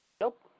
nope